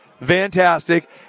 Fantastic